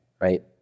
right